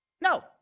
No